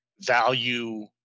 value